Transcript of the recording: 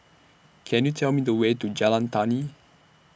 Can YOU Tell Me The Way to Jalan Tani